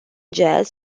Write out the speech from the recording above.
jazz